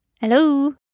Hello